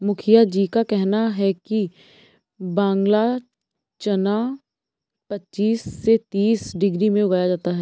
मुखिया जी का कहना है कि बांग्ला चना पच्चीस से तीस डिग्री में उगाया जाए